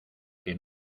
que